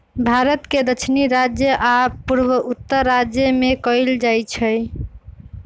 भारत के दक्षिणी राज्य आ पूर्वोत्तर राज्य में कएल जाइ छइ